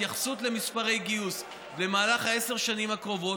התייחסות למספרי גיוס במהלך עשר השנים הקרובות.